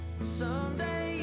Someday